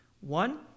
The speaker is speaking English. One